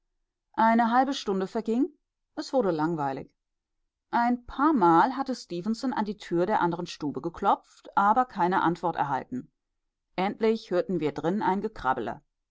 eine halbe stunde verging es wurde langweilig ein paarmal hatte stefenson an die tür der anderen stube geklopft aber keine antwort erhalten endlich hörten wir drin ein